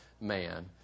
man